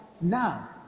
now